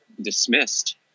dismissed